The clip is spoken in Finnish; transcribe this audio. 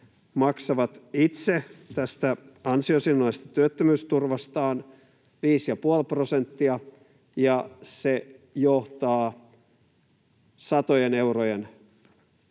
maksavat itse tästä ansiosidonnaisesta työttömyysturvastaan 5,5 prosenttia — ja se johtaa satojen eurojen